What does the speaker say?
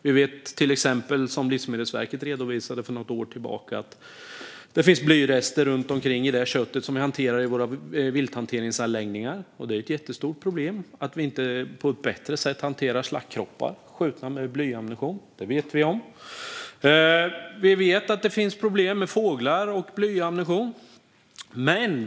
Vi vet till exempel att det, som Livsmedelsverket redovisade för något år sedan, finns blyrester i det kött som hanteras i våra vilthanteringsläggningar. Det är ett jättestort problem att vi inte hanterar slaktkroppar skjutna med blyammunition på ett bättre sätt. Detta vet vi om. Vi vet att det finns problem med fåglar och blyammunition.